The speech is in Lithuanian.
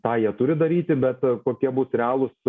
tą jie turi daryti bet kokie bus realūs